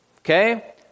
okay